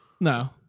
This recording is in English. No